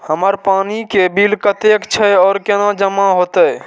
हमर पानी के बिल कतेक छे और केना जमा होते?